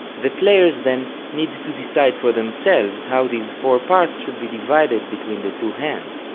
the players then needs to decide for themselves how these four parts should be divided between the two hands.